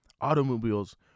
Automobiles